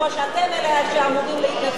אתם אלה שאמורים להתנצל בפני,